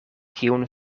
kiun